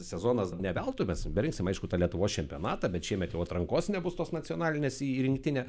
sezonas ne veltui mes darysim aišku tą lietuvos čempionatą bet šiemet jau atrankos nebus tos nacionalinės į rinktinę